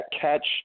catch